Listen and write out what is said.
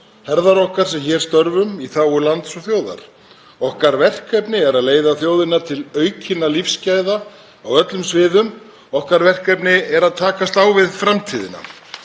herðar okkar sem hér störfum í þágu lands og þjóðar. Okkar verkefni er að leiða þjóðina til aukinna lífsgæða á öllum sviðum. Okkar verkefni er að takast á við framtíðina.